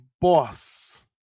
boss